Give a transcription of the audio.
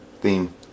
theme